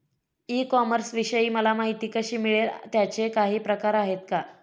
E कॉमर्सविषयी मला माहिती कशी मिळेल? त्याचे काही प्रकार आहेत का?